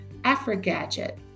Afragadget